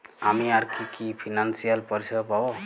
আমি আর কি কি ফিনান্সসিয়াল পরিষেবা পাব?